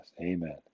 Amen